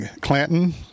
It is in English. Clanton